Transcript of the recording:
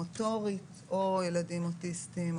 מוטורית או ילדים אוטיסטיים,